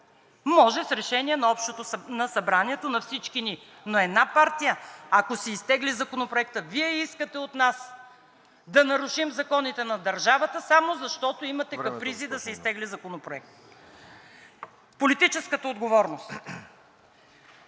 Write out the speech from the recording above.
Може с решение на Събранието, на всички ни, но една партия, ако си изтегли Законопроекта, Вие искате от нас да нарушим законите на държавата само защото имате капризи да се изтегли законопроект. ПРЕДСЕДАТЕЛ РОСЕН